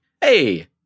hey